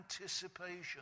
anticipation